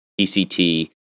PCT